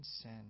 sin